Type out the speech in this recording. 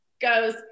goes